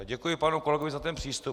Děkuji panu kolegovi za ten přístup.